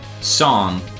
song